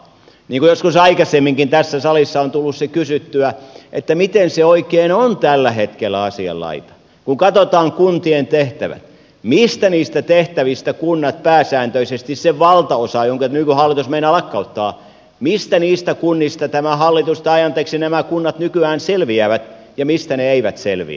niin kuin joskus aikaisemminkin tässä salissa on tullut kysyttyä miten se oikein on tällä hetkellä asian laita kun katsotaan kuntien tehtävät mistä niistä tehtävistä kunnat pääsääntöisesti se valtaosa jonka nykyhallitus meinaa lakkauttaa mistä niistä kunnista tämä hallitusta ja miksi nämä kunnat nykyään selviävät ja mistä ne eivät selviä